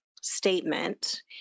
statement